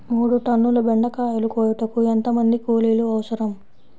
మూడు టన్నుల బెండకాయలు కోయుటకు ఎంత మంది కూలీలు అవసరం?